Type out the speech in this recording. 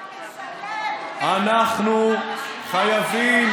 אנחנו חייבים,